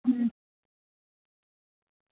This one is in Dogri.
अ